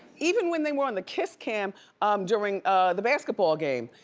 even when they were on the kiss cam um during ah the basketball game.